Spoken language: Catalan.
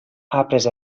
après